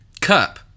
cup